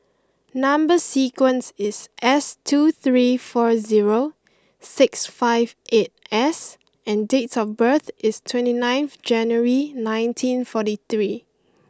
number sequence is S two three four zero six five eight S and date of birth is twenty ninth January nineteen forty three